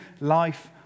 life